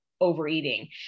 overeating